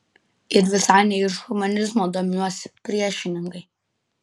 ir visai ne iš humanizmo domiuosi priešingai